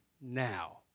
now